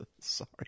Sorry